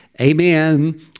amen